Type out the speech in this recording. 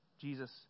jesus